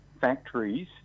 factories